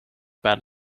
bad